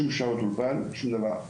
שום שעות אולפן, שום דבר.